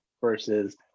versus